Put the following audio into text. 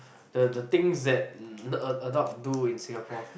the the things that ad~ adult do in Singapore